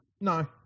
No